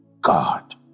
God